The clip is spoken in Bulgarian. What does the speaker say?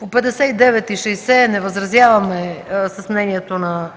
59 и 60 не възразяваме срещу мнението на